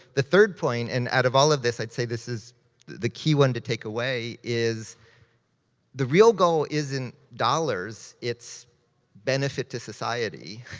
the third point, and out of all of this, i'd say this is the key one to take away, is the real goal isn't dollars. it's benefit to society.